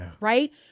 right